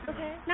Okay